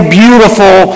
beautiful